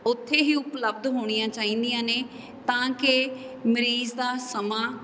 ਉੱਥੇ ਹੀ ਉਪਲਬਧ ਹੋਣੀਆਂ ਚਾਹੀਦੀਆਂ ਨੇ ਤਾਂ ਕਿ ਮਰੀਜ਼ ਦਾ ਸਮਾਂ